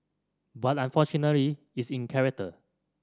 but unfortunately is in character